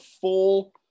full